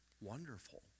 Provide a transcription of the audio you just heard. wonderful